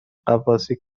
غواصی